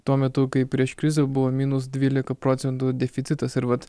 tuo metu kai prieš krizę buvo minus dvylika procentų deficitas ir vat